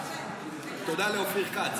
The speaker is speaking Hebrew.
תודה לאופיר כץ.